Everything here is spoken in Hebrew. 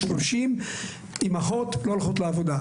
30 אימהות ואבות לא הולכים לעבודה.